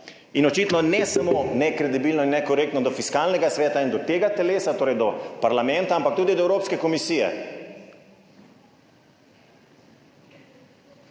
In očitno ne samo nekredibilno in nekorektno do Fiskalnega sveta in do tega telesa, torej do parlamenta, ampak tudi do Evropske komisije.